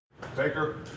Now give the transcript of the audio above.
Baker